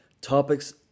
topics